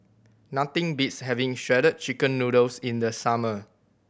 nothing beats having Shredded Chicken Noodles in the summer